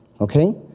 okay